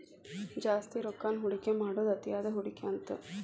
ಜಾಸ್ತಿ ರೊಕ್ಕಾನ ಹೂಡಿಕೆ ಮಾಡೋದ್ ಅತಿಯಾದ ಹೂಡಿಕೆ ಅಂತ